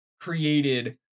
created